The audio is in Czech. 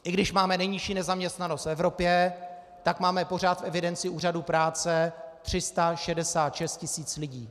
I když máme nejnižší nezaměstnanost v Evropě, tak máme pořád v evidenci úřadů práce 366 tisíc lidí.